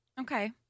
Okay